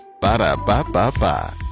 Ba-da-ba-ba-ba